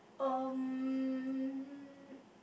um